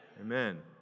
Amen